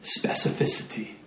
specificity